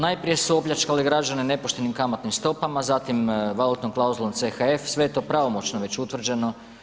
Najprije su opljačkali građane nepoštenim kamatnim stopama, zatim valutnom klauzulom CHF, sve je to pravomoćno već utvrđeno.